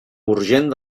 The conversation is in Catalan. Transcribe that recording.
urgent